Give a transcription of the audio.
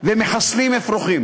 ומחסלים אפרוחים.